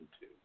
two